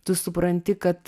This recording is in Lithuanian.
tu supranti kad